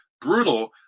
brutal